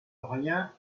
rien